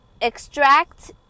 extract